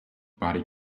body